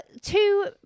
Two